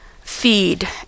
feed